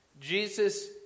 Jesus